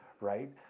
Right